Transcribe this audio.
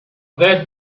that